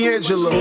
Angela